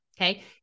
Okay